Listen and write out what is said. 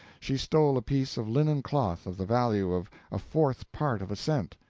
she stole a piece of linen cloth of the value of a fourth part of a cent,